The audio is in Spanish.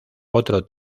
otro